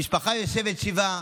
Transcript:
המשפחה יושבת שבעה.